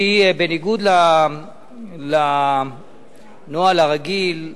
אני, בניגוד לנוהל הרגיל,